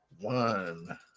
one